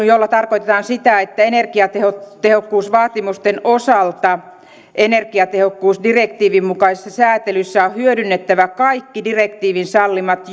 jolla tarkoitetaan sitä että energiatehokkuusvaatimusten osalta energiatehokkuusdirektiivin mukaisessa säätelyssä on hyödynnettävä kaikki direktiivin sallimat